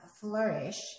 flourish